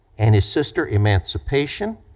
and his sister, emancipation,